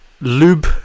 Lube